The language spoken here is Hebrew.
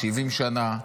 70 שנה,